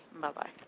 Bye-bye